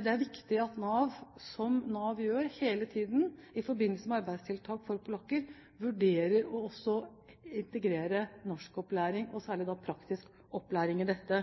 det er viktig at Nav, som Nav gjør, hele tiden i forbindelse med arbeidstiltak for polakker også vurderer å integrere norskopplæring, og særlig da praktisk opplæring, i dette.